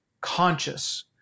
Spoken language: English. conscious